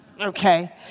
Okay